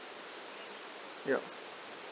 ya